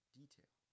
detail